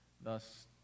Thus